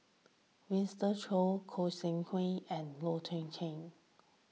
Winston Choos Goi Seng Hui and Loh Wai Kiew